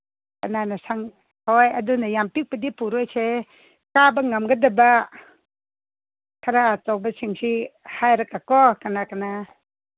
ꯀꯅꯥꯅ ꯍꯣꯏ ꯑꯗꯨꯅꯦ ꯌꯥꯝ ꯄꯤꯛꯄꯗꯤ ꯄꯨꯔꯣꯏꯁꯦ ꯀꯥꯕ ꯉꯝꯒꯗꯕ ꯈꯔ ꯑꯆꯧꯕꯁꯤꯡꯁꯤ ꯍꯥꯏꯔꯒꯀꯣ ꯀꯅꯥ ꯀꯅꯥ